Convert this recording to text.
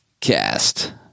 cast